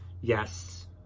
Yes